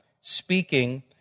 speaking